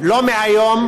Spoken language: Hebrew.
לא מהיום,